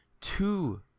two